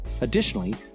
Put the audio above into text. Additionally